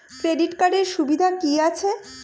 Credit কার্ডের সুবিধা কি আছে?